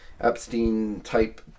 Epstein-type